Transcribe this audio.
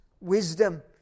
wisdom